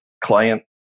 client